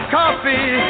coffee